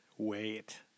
Wait